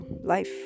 life